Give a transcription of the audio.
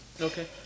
Okay